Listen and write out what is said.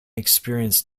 experience